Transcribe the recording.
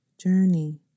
journey